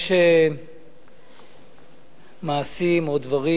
יש מעשים או דברים